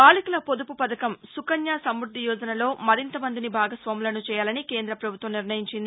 బాలికల పొదుపు పథకం సుకన్య సమృద్ది యోజనలో మరింతమందిని భాగస్వాములను చేయాలని కేంద్రపభుత్వం నిర్ణయించింది